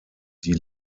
die